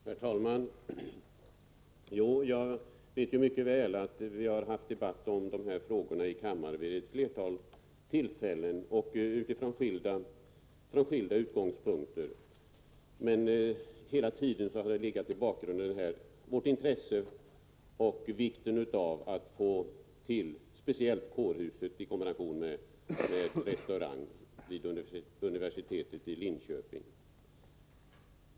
Herr talman! Jag vet mycket väl att vi haft debatt i kammaren om de här frågorna vid ett flertal tillfällen och utifrån skilda utgångspunkter. Bakgrunden har hela tiden varit vårt intresse av och vikten av att få till stånd speciellt ett kårhus i kombination med restaurang vid universitetet i Linköping.